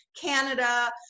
Canada